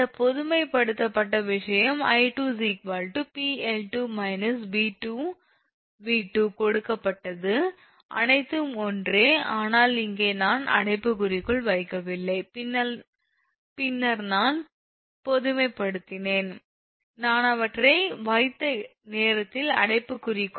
இந்த பொதுமைப்படுத்தப்பட்ட விஷயம் 𝑖2 𝑃𝐿2 − 𝑉2𝑉2 கொடுக்கப்பட்டது அனைத்தும் ஒன்றே ஆனால் இங்கே நான் அடைப்புக்குறிக்குள் வைக்கவில்லை பின்னர் நான் பொதுமைப்படுத்தினேன் நான் அவற்றை வைத்த நேரத்தில் அடைப்புக்குறிக்குள்